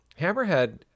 Hammerhead